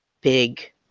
big